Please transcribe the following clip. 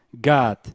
God